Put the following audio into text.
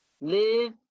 Live